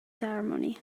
ceremony